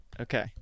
Okay